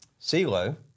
CELO